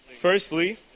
Firstly